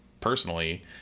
personally